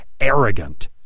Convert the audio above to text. arrogant